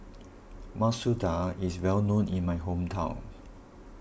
Masoor Dal is well known in my hometown